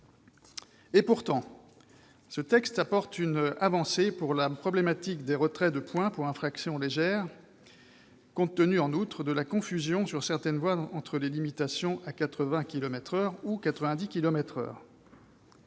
Pourtant, ce texte apporte une avancée à la problématique du retrait de points pour infractions légères compte tenu, en outre, de la confusion sur certaines voies entre limitation de la vitesse à 80 kilomètres